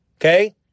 okay